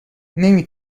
نمی